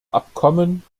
abkommen